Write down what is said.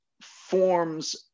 forms